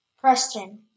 Preston